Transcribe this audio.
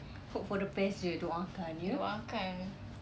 hope for the best jer doakan you know